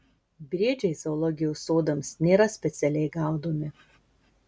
briedžiai zoologijos sodams nėra specialiai gaudomi